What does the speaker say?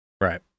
right